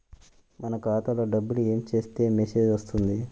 మన ఖాతాలో డబ్బులు ఏమి చేస్తే మెసేజ్ వస్తుంది?